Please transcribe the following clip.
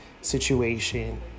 situation